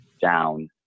down